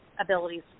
abilities